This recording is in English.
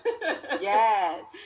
yes